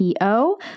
PO